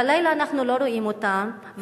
בלילה אנחנו לא רואים אותם.